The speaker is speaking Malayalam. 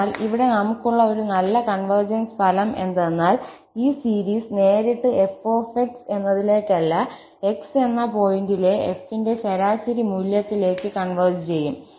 അതിനാൽ ഇവിടെ നമുക്കുളള ഒരു നല്ല കൺവെർജെൻസ് ഫലം എന്തെന്നാൽ ഈ സീരീസ് നേരിട്ട് f എന്നതിലേക്കല്ല x എന്ന പോയിന്റിലെ f ന്റെ ശരാശരി മൂല്യത്തിലേക്ക് കൺവെർജ് ചെയ്യും